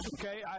okay